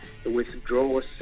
withdrawal